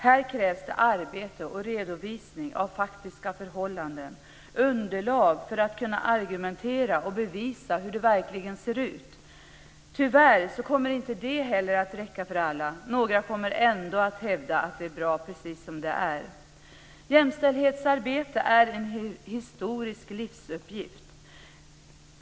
Här krävs det arbete och redovisning av faktiska förhållanden och underlag för att kunna argumentera och bevisa hur det verkligen ser ut. Tyvärr kommer inte heller det att räcka för alla. Några kommer ändå att hävda att det är bra precis som det är. Jämställdhetsarbete är en historisk livsuppgift.